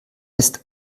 ist